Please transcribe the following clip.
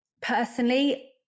personally